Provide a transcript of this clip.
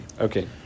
Okay